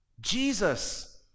Jesus